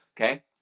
Okay